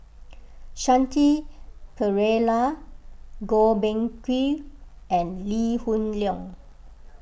Shanti Pereira Goh Beng Kwan and Lee Hoon Leong